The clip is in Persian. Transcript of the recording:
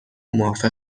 موافق